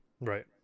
Right